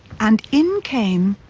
and in came